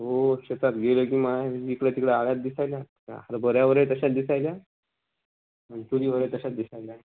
हो शेतात गेलं की मा जिकड तिकडं अळ्यात दिसायल्या हरभऱ्यावरंही तशाच दिसायल्या आणि तुरीवरंही तशाच दिसायल्या